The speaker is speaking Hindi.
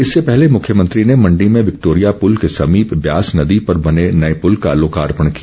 इससे पहले मुख्यमंत्री ने मण्डी में विक्टोरिया पुल के संमीप ब्यास नदी पर बने नए पुल का लोकार्पण किया